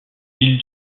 ville